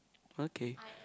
okay